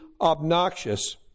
obnoxious